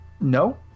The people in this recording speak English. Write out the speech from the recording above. no